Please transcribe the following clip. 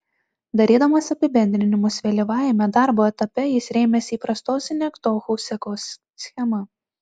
darydamas apibendrinimus vėlyvajame darbo etape jis rėmėsi įprastos sinekdochų sekos schema